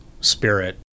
spirit